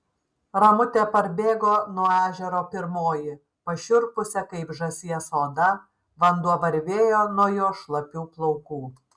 ramutė parbėgo nuo ežero pirmoji pašiurpusia kaip žąsies oda vanduo varvėjo nuo jos šlapių plaukų